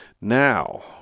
Now